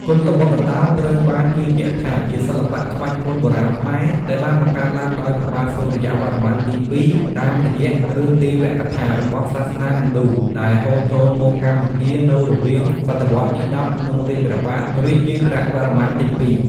គុនល្បុក្កតោ ត្រូវបានជឿជាក់ថា ជាសិល្បៈក្បាច់គុនបុរាណខ្មែរ ដែលបង្កើតឡើងដោយ ព្រះបាទសូរ្យវរ្ម័នទី២ តាមរយៈរឿងទេវៈកថា របស់សាសនាហិណ្ឌូ ដែលហូរចូលមកកម្ពុជានូវរវាងស.វទី១០ ក្នុងរាជព្រះបាទរាជេន្ទ្រវរ្ម័នទី២។